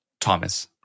Thomas